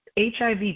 HIV